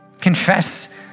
Confess